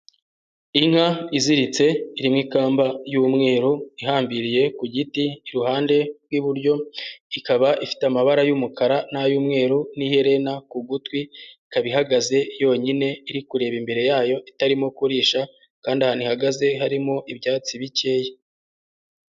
Inka iziritse irimo ikamba y'umweru, ihambiriye ku giti iruhande rw'iburyo, ikaba ifite amabara y'umukara n'ay'umweru n'iherena ku gutwi, ikaba ihagaze yonyine iri kureba imbere yayo, itarimo kurisha, kandi ahantu ihagaze harimo ibyatsi bikeya.